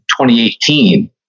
2018